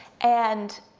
and